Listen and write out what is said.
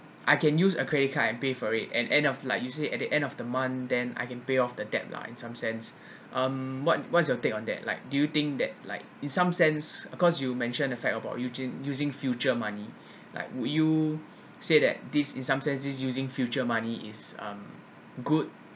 I can use a credit card and pay for it and end of like usually at the end of the month then I can pay off the debt lah in some sense um what what's your take on that like do you think that like in some sense of course you mentioned affect about using using future money like would you say that this in some senses using future money is um good